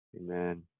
Amen